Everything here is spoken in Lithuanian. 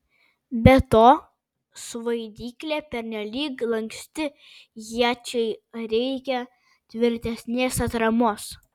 be to svaidyklė pernelyg lanksti iečiai reikia tvirtesnės atramos